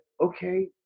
Okay